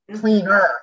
cleaner